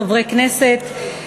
חברי כנסת,